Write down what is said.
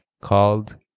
called